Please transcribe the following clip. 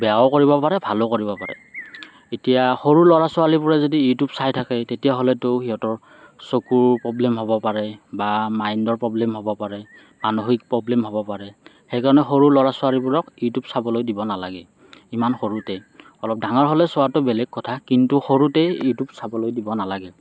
বেয়াও কৰিব পাৰে ভালো কৰিব পাৰে এতিয়া সৰু ল'ৰা ছোৱালীবোৰে যদি ইউটিউব চাই থাকে তেতিয়াহ'লেতো সিহঁতৰ চকুৰ প্ৰবলেম হ'ব পাৰে বা মাইণ্ডৰ প্ৰবলেম হ'ব পাৰে মানসিক প্ৰবলেম হ'ব পাৰে সেইকাৰণে সৰু ল'ৰা ছোৱালীবোৰক ইউটিউব চাবলৈ দিব নালাগে ইমান সৰুতে অলপ ডাঙৰ হ'লে চোৱাটো বেলেগ কথা কিন্তু সৰুতেই ইউটিউব চাবলৈ দিব নালাগে